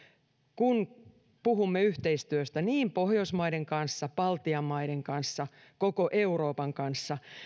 kun puhumme yhteistyöstä niin pohjoismaiden kanssa baltian maiden kanssa kuin koko euroopan kanssa